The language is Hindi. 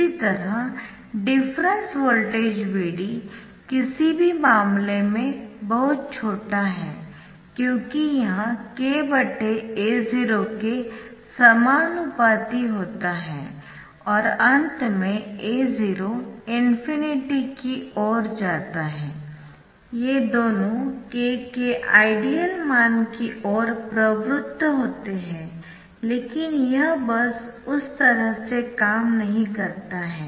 इसी तरह डिफरेन्स वोल्टेज Vd किसी भी मामले में बहुत छोटा है क्योंकि यह kA0 के समानुपाती होता है और अंत में A0 ∞ की ओर जाता है ये दोनों k के आइडियल मान की ओर प्रवृत्त होते है लेकिन यह बस उस तरह से काम नहीं करता है